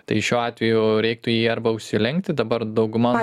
tai šiuo atveju reiktų jį arba užsilenkti dabar dauguma